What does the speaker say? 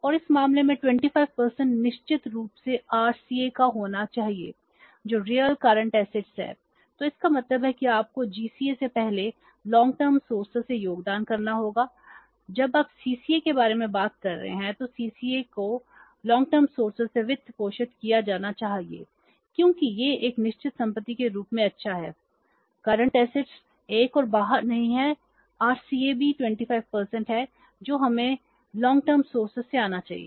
और इस मामले में 25 निश्चित रूप से आरसीए से वित्त पोषित किया जाना चाहिए क्योंकि यह एक निश्चित संपत्ति के रूप में अच्छा है वर्तमान संपत्ति 1 और बाहर नहीं है आरसीए भी 25 है जो हमें दीर्घकालिक स्रोतों से आना चाहिए